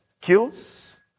Kills